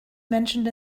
mentioned